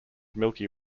milky